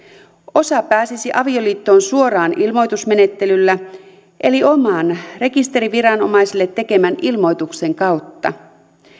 osa pääsisi avioliittoon suoraan ilmoitusmenettelyllä eli oman rekisteriviranomaisille tekemänsä ilmoituksen kautta